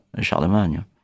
Charlemagne